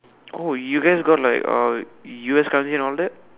oh you guys got like uh U_S currency and all that